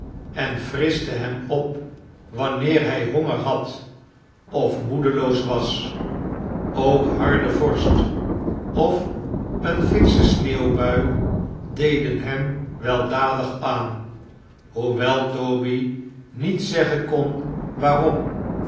en frischte hem op wanneer hij honger had of moedelooe was ook harde vorst of eene fxksche sneeuwbui deden hem weldadig aan hoewel toby niet zeggein kon waarom